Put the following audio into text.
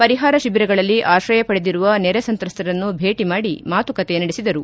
ಪರಿಹಾರ ಶಿಬಿರಗಳಲ್ಲಿ ಆತ್ರಯ ಪಡೆದಿರುವ ನೆರೆ ಸಂತ್ರಸ್ತರನ್ನು ಭೇಟ ಮಾಡಿ ಮಾತುಕತೆ ನಡೆಸಿದರು